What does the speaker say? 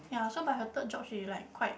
ya so by her third job she like quite